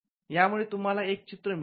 या मुळे तुम्हाला एक चित्र मिळेल